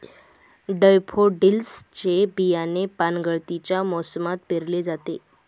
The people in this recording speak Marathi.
डैफोडिल्स चे बियाणे पानगळतीच्या मोसमात पेरले जाते